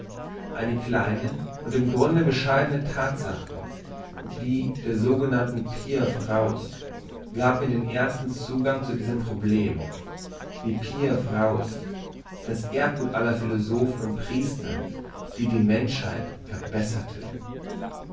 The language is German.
eine kleine und im grunde bescheidne thatsache die der sogenannten pia fraus gab mir den ersten zugang zu diesem problem die pia fraus das erbgut aller philosophen und priester die die menschheit verbesserten